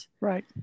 Right